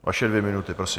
Vaše dvě minuty, prosím.